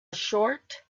short